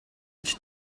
hiç